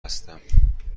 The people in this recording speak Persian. هستم